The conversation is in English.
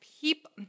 people